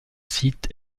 site